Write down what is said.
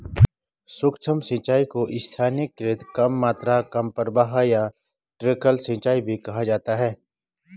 सूक्ष्म सिंचाई को स्थानीयकृत कम मात्रा कम प्रवाह या ट्रिकल सिंचाई भी कहा जाता है